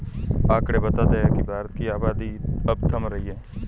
आकंड़े बताते हैं की भारत की आबादी अब थम रही है